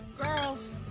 Girls